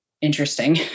interesting